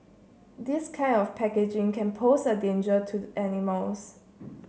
this kind of packaging can pose a danger to animals